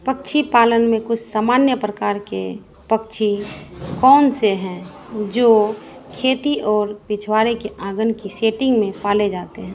पक्षी पालन में कुछ सामान्य प्रकार के पक्षी कौन से हैं जो खेती और पिछवाड़े के आंगन के सेटिंग में पाले जाते हैं